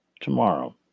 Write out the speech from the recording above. tomorrow